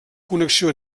connexió